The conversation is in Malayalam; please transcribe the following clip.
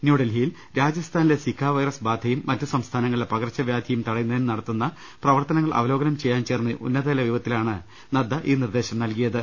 ന്യൂഡൽഹിയിൽ രാജസ്ഥാനിലെ സിഖ വൈറസ് ബാധയും മറ്റു സംസ്ഥാനങ്ങ ളിലെ പകർച്ചവ്യാധിയും തടയുന്നതിന് നടത്തുന്ന പ്രവർത്തനങ്ങൾ അവലോകനം ചെയ്യാൻ ചേർന്ന ഉന്നതതലയോഗത്തിലാണ് നദ്ധ ഈ നിർദ്ദേശം നൽകിയത്